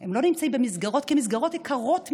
הם לא נמצאים במסגרות כי המסגרות יקרות מדי,